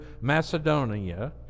Macedonia